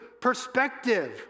perspective